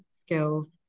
skills